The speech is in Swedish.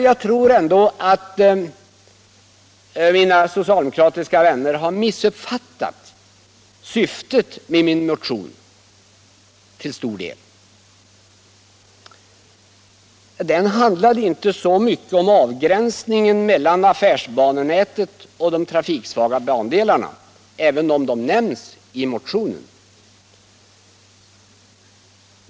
Jag tror att mina socialdemokratiska vänner till stor del har missupp fattat syftet med min motion. Den handlar inte så mycket om avgränsningen mellan affärsbanenätet och de trafiksvaga bandelarna, även om denna nämns i motionen.